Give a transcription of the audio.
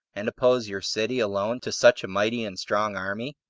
and oppose your city alone to such a mighty and strong army?